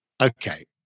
Okay